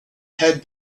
had